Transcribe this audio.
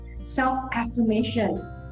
self-affirmation